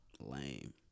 Lame